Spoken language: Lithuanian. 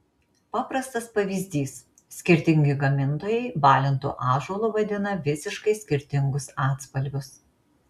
paprastas pavyzdys skirtingi gamintojai balintu ąžuolu vadina visiškai skirtingus atspalvius